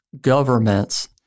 governments